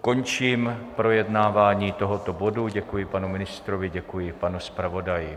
Končím projednávání tohoto bodu, děkuji panu ministrovi, děkuji panu zpravodaji.